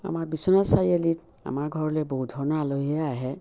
আমাৰ বিশ্বনাথ চাৰিআলিত আমাৰ ঘৰলৈ বহু ধৰণৰ আলহীয়ে আহে